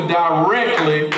directly